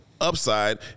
upside